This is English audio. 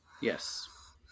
Yes